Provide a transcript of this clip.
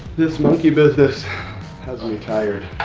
this monkey business has me tired.